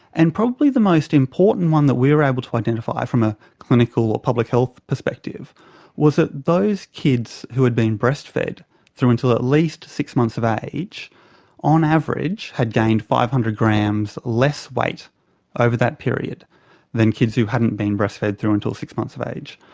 and probably the most important one that we were able to identify from a clinical or public health perspective was that those kids who had been breastfed through until at least six months of age on average had gained five hundred grams less weight over that period than kids who hadn't been breastfed through until six months of age.